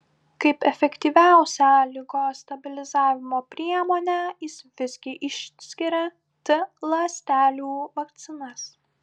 kaip efektyviausią ligos stabilizavimo priemonę jis visgi išskiria t ląstelių vakcinas